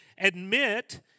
admit